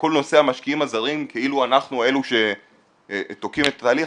וכל נושא המשקיעים הזרים כאילו אנחנו אלו שתוקעים את התהליך